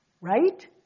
Right